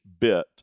bit